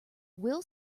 will